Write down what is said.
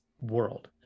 world